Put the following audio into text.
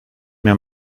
mir